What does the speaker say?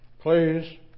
Please